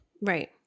Right